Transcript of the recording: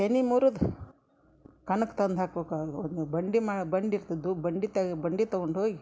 ತೆನಿ ಮುರುದು ಕಣಕ್ಕೆ ತಂದು ಹಾಕ್ಬೇಕು ಅದ್ನ ಬಂಡಿ ಮಾ ಬಂಡಿ ಇರ್ತಿದ್ವು ಬಂಡಿ ತ ಬಂಡಿ ತಗೊಂಡು ಹೋಗಿ